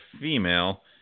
female